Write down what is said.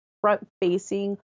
front-facing